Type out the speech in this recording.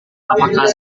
apakah